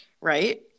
right